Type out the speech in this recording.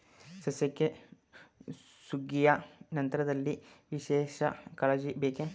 ಸಸ್ಯಕ್ಕೆ ಸುಗ್ಗಿಯ ನಂತರದಲ್ಲಿ ವಿಶೇಷ ಕಾಳಜಿ ಬೇಕೇ?